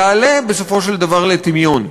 ירד בסופו של דבר לטמיון,